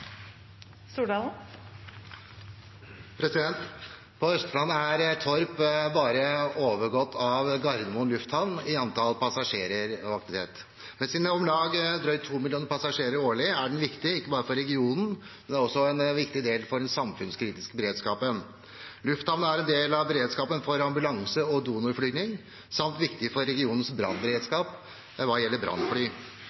På Østlandet er Torp bare overgått av Oslo lufthavn Gardermoen i antallet passasjerer og aktivitet. Med sine drøyt to millioner passasjerer årlig er den viktig ikke bare for regionen, men også for den samfunnskritiske beredskapen. Lufthavnen er en del av beredskapen for ambulanse og donorflyging samt viktig for regionens